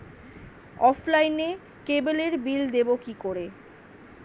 অফলাইনে ক্যাবলের বিল দেবো কি করে?